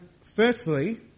Firstly